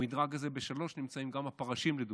במדרג הזה, בשלוש, נמצאים גם הפרשים, לדוגמה.